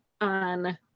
on